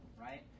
right